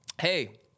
Hey